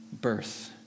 birth